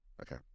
okay